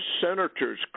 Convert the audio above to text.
Senators